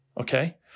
okay